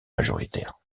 majoritaires